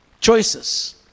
choices